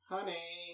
Honey